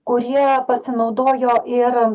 kurie pasinaudojo ir